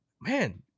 man